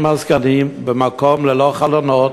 אין מזגנים במקום ללא חלונות,